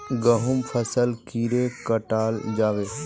गहुम फसल कीड़े कटाल जाबे?